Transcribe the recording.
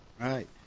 right